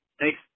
Thanks